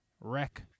Wreck